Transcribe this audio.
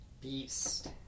Beast